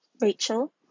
Rachel